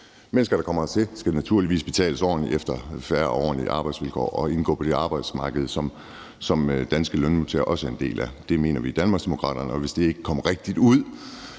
Mennesker, der kommer hertil, skal naturligvis betales fair og have ordentlige arbejdsvilkår og indgå på det her arbejdsmarked, som danske lønmodtagere også er en del af. Det mener vi i Danmarksdemokraterne, og det kom måske ikke rigtigt ud.